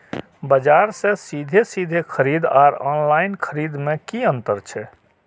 बजार से सीधे सीधे खरीद आर ऑनलाइन खरीद में की अंतर छै?